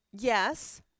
Yes